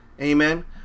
amen